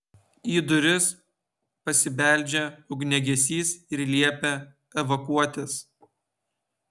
į duris pasibeldžia ugniagesys ir liepia evakuotis